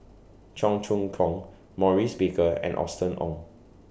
Cheong Choong Kong Maurice Baker and Austen Ong